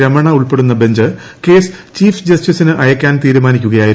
രമണ ഉൾപ്പെടുന്ന bench case chief ജസ്റ്റിസിന് അയക്കാൻ തീരുമാനിക്കുകയായിരുന്നു